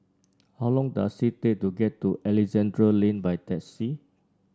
how long does it take to get to Alexandra Lane by taxi